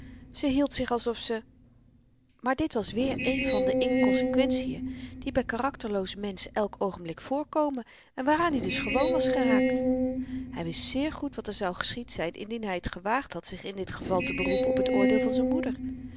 ze hield zich alsof ze maar dit was weer een van de inkonsekwentien die by karakterlooze menschen elk oogenblik voorkomen en waaraan i dus gewoon was geraakt hy wist zeer goed wat er zou geschied zyn indien hy t gewaagd had zich in dit geval te beroepen op t oordeel van z'n moeder